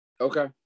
Okay